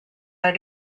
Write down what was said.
are